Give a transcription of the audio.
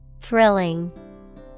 Thrilling